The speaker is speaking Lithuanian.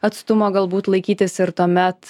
atstumo galbūt laikytis ir tuomet